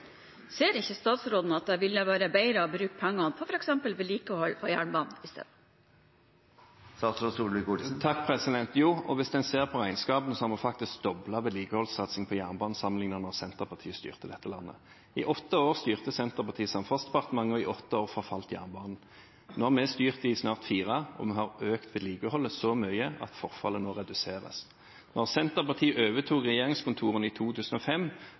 ser ikke statsråden at det ville ha vært bedre å bruke pengene på f.eks. vedlikehold på jernbanen isteden? Jo, og hvis en ser på regnskapene, har vi faktisk doblet vedlikeholdssatsingen på jernbanen sammenlignet med da Senterpartiet styrte dette landet. I åtte år styrte Senterpartiet Samferdselsdepartementet, og i åtte år forfalt jernbanen. Nå har vi styrt i snart fire år, og vi har økt vedlikeholdet så mye at forfallet nå reduseres. Da Senterpartiet overtok regjeringskontorene i 2005,